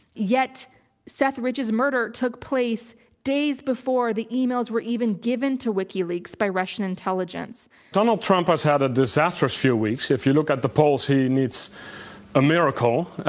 yet seth rich's murder took place days before the emails were even given to wikileaks by russian intelligence. donald trump has had a disastrous few weeks. if you look at the polls, he needs a miracle. um,